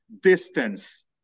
distance